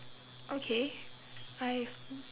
okay I